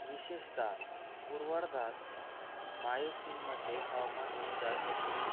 विशेषत पूर्वार्धात मायोसिनमध्ये हवामान उबदार होते